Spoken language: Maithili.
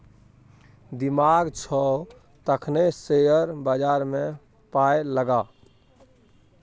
दिमाग छौ तखने शेयर बजारमे पाय लगा